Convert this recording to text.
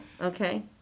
Okay